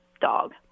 dog